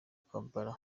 kampala